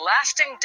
lasting